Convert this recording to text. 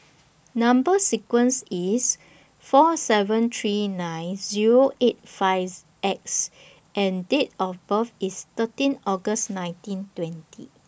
Number sequence IS four seven three nine Zero eight five X and Date of birth IS thirteen August nineteen twenty